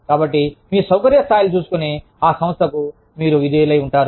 కాబట్టి మీ సౌకర్య స్థాయిలను చూసుకునే ఆ సంస్థకు మీరు విధేయులై ఉంటారు